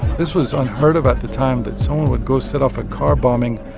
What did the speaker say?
this was unheard of at the time, that someone would go set off a car bombing